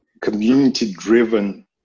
community-driven